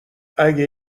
اگه